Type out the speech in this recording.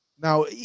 Now